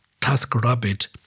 TaskRabbit